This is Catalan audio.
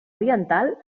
oriental